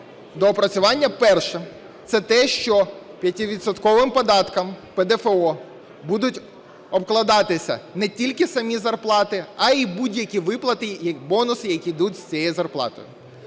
Доопрацювання перше – це те, що 5-відсотковим податком ПДФО будуть обкладатися не тільки самі зарплати, а і будь-які виплати і бонуси, які йдуть з цієї зарплатою.